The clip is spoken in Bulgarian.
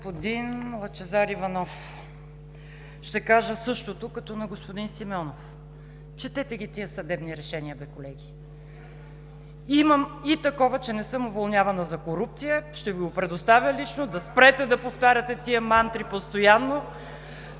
господин Лъчезар Иванов ще кажа същото като на господин Симеонов: четете ги тези съдебни решения бе, колеги, имам и такова, че не съм уволнявана за корупция – ще Ви го предоставя лично, за да спрете да повтаряте тези мантри постоянно.